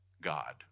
God